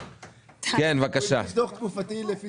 "(6)הוא הגיש דוח תקופתי לפי